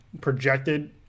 projected